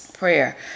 Prayer